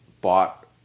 bought